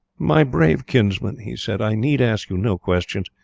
my brave kinsman, he said, i need ask you no questions,